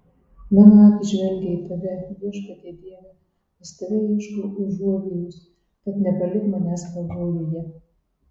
mano akys žvelgia į tave viešpatie dieve pas tave ieškau užuovėjos tad nepalik manęs pavojuje